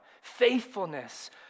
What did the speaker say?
faithfulness